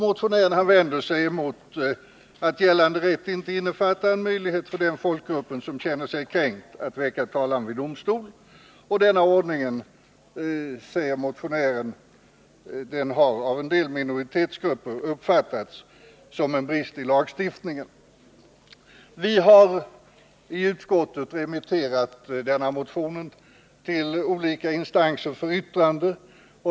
Motionären vänder sig mot att gällande rätt inte innefattar en möjlighet för den folkgrupp som känner sig kränkt att väcka talan vid domstol. Detta har, säger motionären, av en del minoritetsgrupper uppfattats som en brist i lagstiftningen. Vi har i utskottet remitterat denna motion till olika instanser för yttrande.